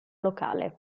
locale